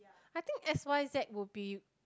I think X_Y_Z will be